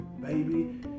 baby